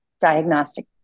diagnostic